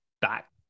back